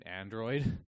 android